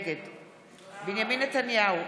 נגד בנימין נתניהו,